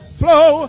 flow